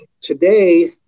Today